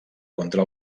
contra